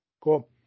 Cool